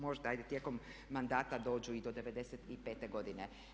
Možda ajde tijekom mandata dođu i do '95. godine.